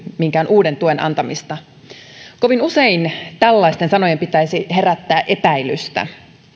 minkään uuden tuen antamista kovin usein tällaisten sanojen pitäisi herättää epäilystä